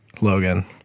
Logan